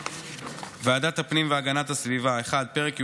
ועדת הפנים והגנת הסביבה: פרק י"א,